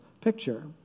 picture